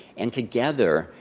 and together,